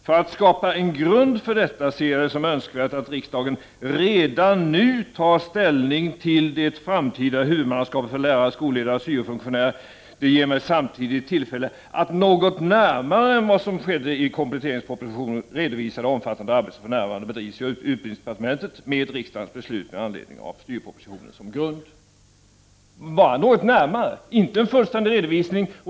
För att skapa en grund för detta ser jag det som önskvärt att riksdagen redan nu tar ställning till det framtida huvudmannaskapet för lärare, skolledare och syofunktionärer. Det ger mig samtidigt tillfälle att något närmare än vad som skedde i kompletteringspropositionen redovisa det omfattande arbete som för närvarande bedrivs i utbildningsdepartementet med riksdagens beslut med anledning av styrpropositionen som grund.” Men bara ”något närmare” — inte en fullständig redovisning.